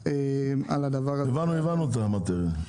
הבנו, הבנו את המאטריה.